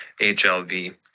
HLV